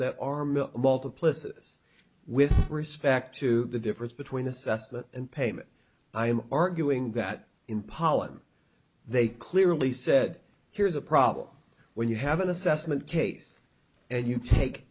mill multiplicities with respect to the difference between assessment and payment i am arguing that in pollen they clearly said here's a problem when you have an assessment case and you take